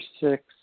six